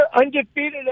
undefeated